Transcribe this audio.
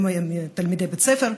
תלמידי בית ספר,